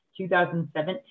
2017